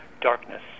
darkness